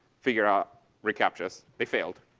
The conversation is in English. figure out recaptchas. they failed.